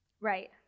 right